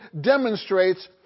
demonstrates